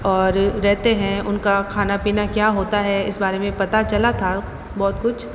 और रहते हैं उनका खाना पीना क्या होता है इस बारे में पता चला था बहुत कुछ